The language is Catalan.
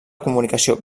comunicació